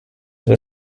were